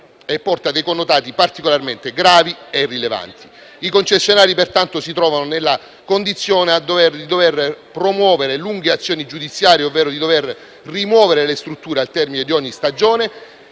e porta dei connotati particolarmente gravi e rilevanti. I concessionari, pertanto, si trovano nella condizione di dover promuovere lunghe azioni giudiziarie e di dover rimuovere le strutture al termine di ogni stagione,